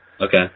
Okay